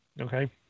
Okay